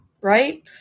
right